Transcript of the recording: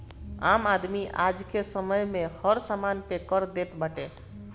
आम आदमी आजके समय में हर समान पे कर देत बाटे